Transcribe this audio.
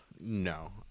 no